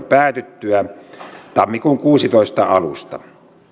päätyttyä tammikuun kuusitoista alusta